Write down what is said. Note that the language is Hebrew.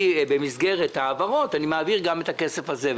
במסגרת ההעברות אני מעביר גם את הכסף הזה,